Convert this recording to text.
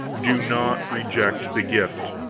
do not reject the gift.